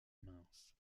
minces